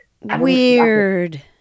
Weird